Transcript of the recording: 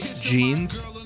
jeans